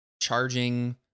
charging